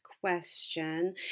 question